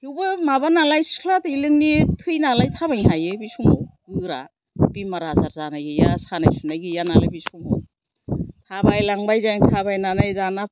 थेवबो माबा नालाय सिख्ला देलेंनि थै नालाय थाबायनो हायो बे समाव गोरा बेमार आजार जानाय गैया सानाय सुनाय गैया नालाय बे समाव थाबायलांबाय जों थाबायनानै दाना